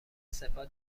سپاه